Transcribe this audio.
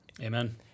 Amen